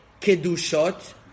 Kedushot